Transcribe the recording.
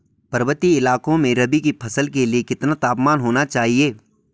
पर्वतीय इलाकों में रबी की फसल के लिए कितना तापमान होना चाहिए?